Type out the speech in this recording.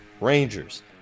rangers